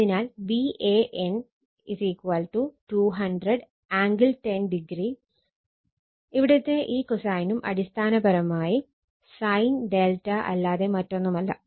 അതിനാൽ Van 200 angle 10o ഇവിടുത്തെ ഈ കോസൈനും അടിസ്ഥാനപരമായി sin ∆ അല്ലാതെ മറ്റൊന്നുമല്ല